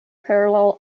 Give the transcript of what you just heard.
parallel